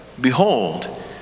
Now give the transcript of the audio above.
behold